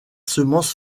semences